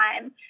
time